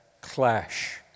clash